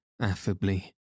affably